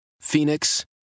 Phoenix